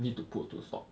need to put to stop